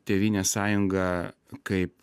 tėvynės sąjunga kaip